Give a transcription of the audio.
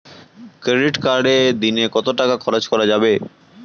Credit কার্ডে দিনে কত টাকা খরচ করা যাবে?